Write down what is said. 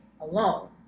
alone